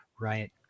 right